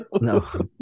No